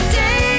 day